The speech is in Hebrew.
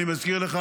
אני מזכיר לך,